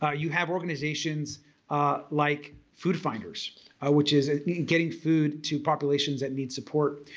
ah you have organizations like food finders which is getting food to populations that need support.